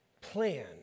plan